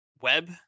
web